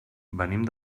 venim